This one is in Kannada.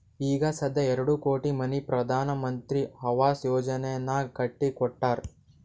ಈಗ ಸಧ್ಯಾ ಎರಡು ಕೋಟಿ ಮನಿ ಪ್ರಧಾನ್ ಮಂತ್ರಿ ಆವಾಸ್ ಯೋಜನೆನಾಗ್ ಕಟ್ಟಿ ಕೊಟ್ಟಾರ್